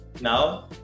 Now